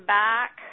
back